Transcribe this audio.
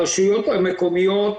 הרשויות המקומיות,